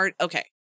okay